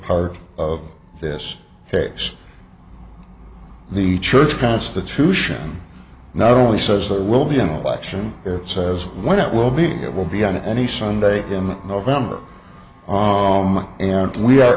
part of this case the church constitution now only says there will be an election it says what it will be it will be on any sunday jim november oh my and we are